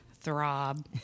throb